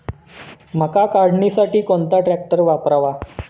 मका काढणीसाठी कोणता ट्रॅक्टर वापरावा?